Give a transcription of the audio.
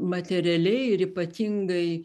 materialiai ir ypatingai